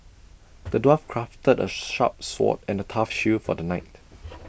the dwarf crafted A sharp sword and A tough shield for the knight